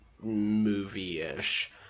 movie-ish